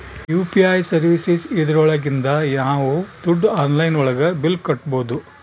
UPI services ಇದ್ರೊಳಗಿಂದ ನಾವ್ ದುಡ್ಡು ಆನ್ಲೈನ್ ಒಳಗ ಬಿಲ್ ಕಟ್ಬೋದೂ